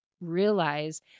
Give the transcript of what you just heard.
realize